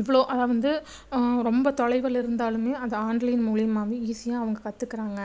இவ்வளோ அதாவது வந்து ரொம்ப தொலைவில் இருந்தாலுமே அதை ஆன்லைன் மூலியமாகவே ஈஸியாக அவங்க கத்துக்குகிறாங்க